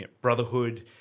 brotherhood